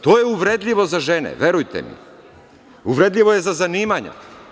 To je uvredljivo za žene, verujte mi, uvredljivo je za zanimanja.